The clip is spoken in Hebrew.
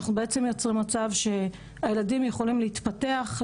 אבל בעצם יוצא מצב שהילדים יכולים להתפתח,